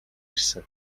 ирсэн